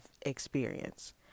experience